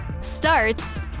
starts